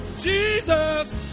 Jesus